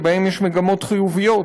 שבהם יש מגמות חיוביות.